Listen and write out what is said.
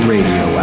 Radio